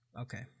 Okay